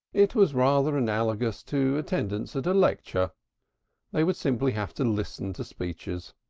it was rather analogous to attendance at a lecture they would simply have to listen to speeches.